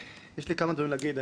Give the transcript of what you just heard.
יש לי כמה דברים להגיד.